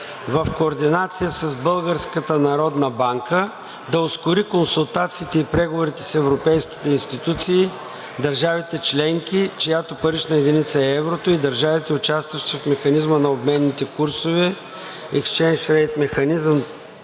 в координация с БНБ да ускори консултациите и преговорите с европейските институции, държавите членки, чиято парична единица е еврото, и държавите, участващи в Механизма на обменните курсове (Exchange Rate